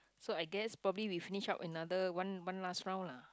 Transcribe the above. so I guess probably we finish up another one one last round lah